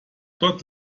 dort